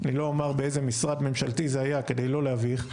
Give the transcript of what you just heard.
אני לא אומר באיזה משרד ממשלתי זה היה כדי לא להביך,